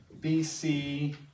BC